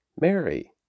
Mary